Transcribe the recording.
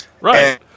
Right